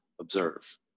observe